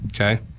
okay